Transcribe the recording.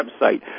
website